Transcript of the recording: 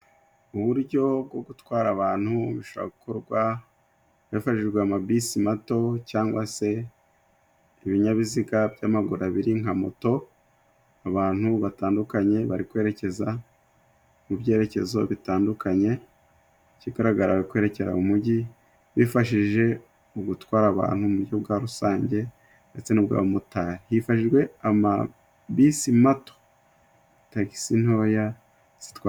Uburyo bwo gutwara abantu bushobora gukorwa hifashijwe amabisi mato, cyangwa se ibinyabiziga by'amaguru abiri nka moto. Abantu batandukanye bari kwerekeza mu byerekezo bitandukanye. Ikigaragara bari kwerekera mu mugi, bifashishije mu gutwara abantu mu buryo bwa rusange ndetse n'ubw'abamotari. Hifashishijwe amabisi mato, tagisi ntoya zitwara...